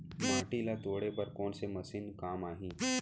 माटी ल तोड़े बर कोन से मशीन काम आही?